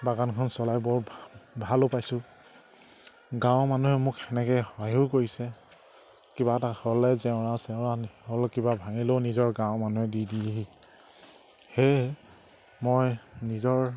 বাগানখন চলাই বৰ ভালো পাইছোঁ গাঁৱৰ মানুহে মোক সেনেকে সহায়ো কৰিছে কিবা এটা হ'লে জেওৰা চেওৰা হ'ল কিবা ভাঙিলেও নিজৰ গাঁৱৰ মানুহে দি দিয়েহি সেয়েহে মই নিজৰ